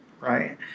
Right